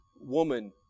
woman